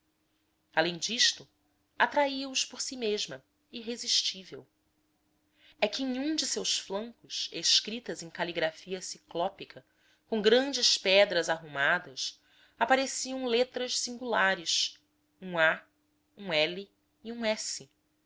além disto atraía os por si mesma irresistivelmente é que em um de seus flancos escritas em caligrafia ciclópica com grandes pedras arrumadas apareciam letras singulares um a um l e um